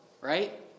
right